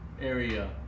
area